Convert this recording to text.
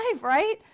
right